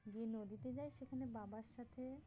গিয়ে নদীতে যাই সেখানে বাবার সাথে